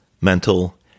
mental